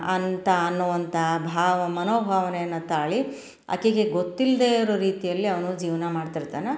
ಅಂಥ ಅನ್ನುವಂಥ ಭಾವ ಮನೋಭಾವನೆಯನ್ನು ತಾಳಿ ಆಕೆಗೆ ಗೊತ್ತಿಲ್ಲದೇ ಇರೋ ರೀತಿಯಲ್ಲಿ ಅವನು ಜೀವನ ಮಾಡ್ತಿರ್ತಾನೆ